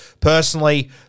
personally